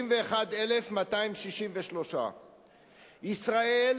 31,263. ישראל,